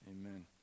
Amen